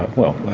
well,